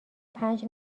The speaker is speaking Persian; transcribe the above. پنج